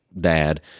dad